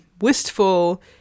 wistful